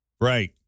Right